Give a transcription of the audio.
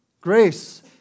grace